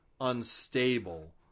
unstable